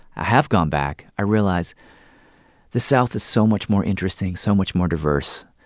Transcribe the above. i have gone back i realized the south is so much more interesting, so much more diverse,